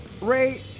Ray